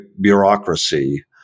bureaucracy